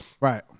Right